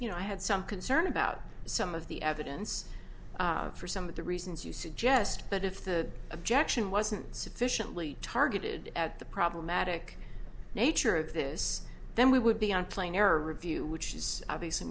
you know i had some concern about some of the evidence for some of the reasons you suggest but if the objection wasn't sufficiently targeted at the problematic nature of this then we would be on a plane or review which is obviously